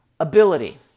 Ability